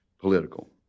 political